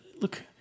look